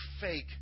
fake